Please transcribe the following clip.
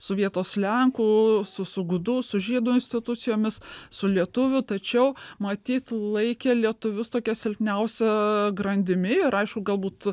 su vietos lenkų su su gudų su žydų institucijomis su lietuvių tačiau matyt laikė lietuvius tokia silpniausia grandimi ir aišku galbūt